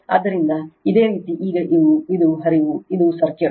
ಆದ್ದರಿಂದ ಇದೇ ರೀತಿ ಈಗ ಇದು ಹರಿವು ಇದು ಸರ್ಕ್ಯೂಟ್